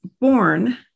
born